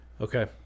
Okay